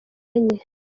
enye